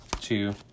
two